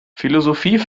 philosophie